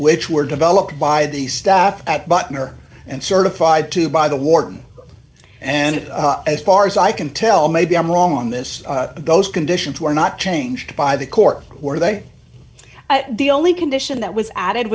which were developed by the staff at butner and certified to by the warden and as far as i can tell maybe i'm wrong on this those conditions were not changed by the court were they the only condition that was added